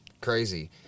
Crazy